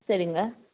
சரிங்க